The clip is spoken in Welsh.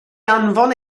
anfon